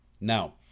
Now